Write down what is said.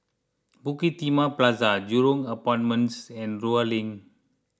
Bukit Timah Plaza Jurong Apartments and Rulang